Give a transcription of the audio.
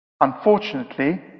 Unfortunately